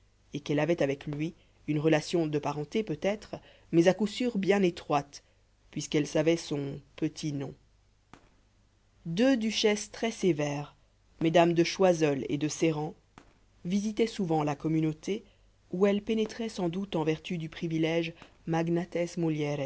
et qu'elle avait avec lui une relation de parenté peut-être mais à coup sûr bien étroite puisqu'elle savait son petit nom deux duchesses très sévères mesdames de choiseul et de sérent visitaient souvent la communauté où elles pénétraient sans doute en vertu du privilège magnates mulieres